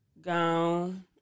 gone